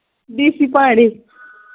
B سی پارے